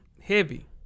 Heavy